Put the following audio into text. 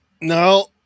No